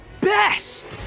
best